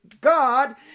God